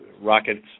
rockets